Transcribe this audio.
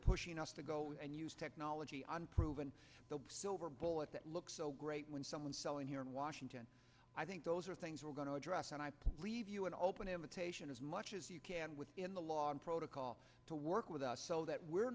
pushing us to go and use technology on proven the silver bullet that looks so great when someone selling here in washington i think those are things we're going to address and i leave you an open invitation as much as you can within the law and protocol to work with us so that we're